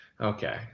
Okay